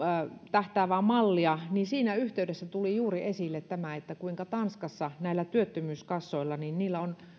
tähtäävää mallia niin siinä yhteydessä tuli esille juuri tämä kuinka tanskassa näillä työttömyyskassoilla on